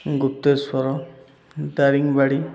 Gupteswar Daringbadi